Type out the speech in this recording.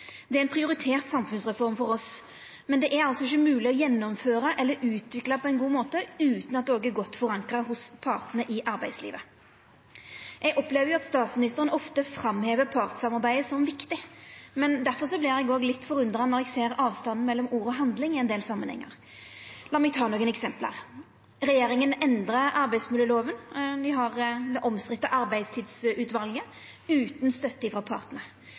på ein god måte utan at det er godt forankra hos partane i arbeidslivet. Eg opplever at statsministeren ofte framhevar partssamarbeidet som viktig, difor vert eg litt forundra når eg ser avstanden mellom ord og handling i ein del samanhengar. Lat meg ta nokre eksempel: Regjeringa endra arbeidsmiljølova. Dei har det omstridde arbeidstidsutvalet, utan støtte frå partane.